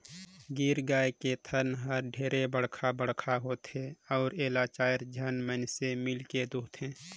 गीर गाय के थन हर ढेरे बड़खा बड़खा होथे अउ एला चायर झन मइनसे मिलके दुहथे